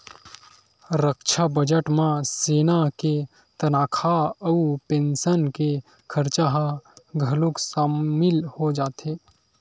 रक्छा बजट म सेना के तनखा अउ पेंसन के खरचा ह घलोक सामिल हो जाथे